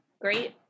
great